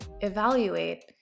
evaluate